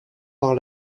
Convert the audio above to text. par